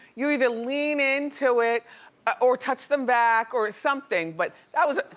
you either lean into it ah or touch them back or something, but that was,